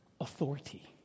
Authority